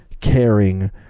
caring